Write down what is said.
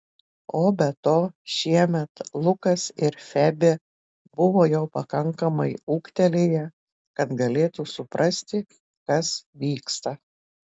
o be to šiemet lukas ir febė buvo jau pakankamai ūgtelėję kad galėtų suprasti kas vyksta